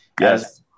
yes